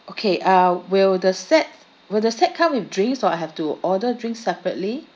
okay uh will the set will the set come with drinks or I have to order drinks separately